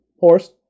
Horse